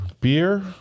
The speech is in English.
beer